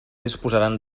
disposaran